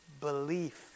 belief